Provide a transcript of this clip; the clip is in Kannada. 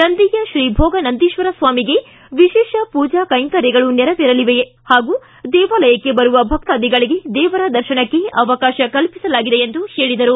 ನಂದಿಯ ಶ್ರೀ ಭೋಗನಂದೀಶ್ವರ ಸ್ವಾಮಿಗೆ ವಿಶೇಷ ಪೂಜಾ ಕೈಂಕರ್ಯಗಳು ನೇರವೇರಲಿವೆ ಹಾಗೂ ದೇವಾಲಯಕ್ಕೆ ಬರುವ ಭಕ್ತಾದಿಗಳಿಗೆ ದೇವರ ದರ್ಶನಕ್ಕಾಗಿ ಅವಕಾಶ ಕಲ್ಪಿಸಲಾಗಿದೆ ಎಂದು ಹೇಳಿದರು